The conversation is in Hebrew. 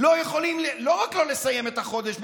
לא יכולים לא רק לסיים את החודש,